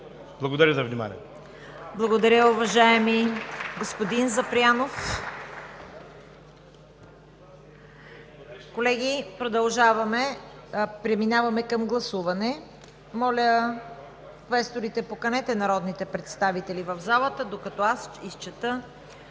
Благодаря за вниманието.